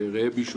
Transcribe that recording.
ראה בי שותף,